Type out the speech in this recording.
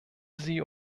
sie